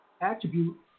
attribute